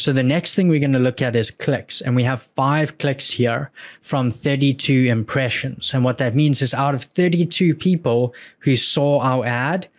so the next thing we're going to look at is clicks, and we have five clicks here from thirty two impressions. and what that means is out of thirty two people who saw our ad,